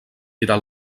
tirar